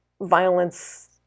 violence